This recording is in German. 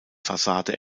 fassade